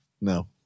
No